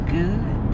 good